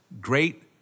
Great